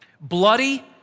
Bloody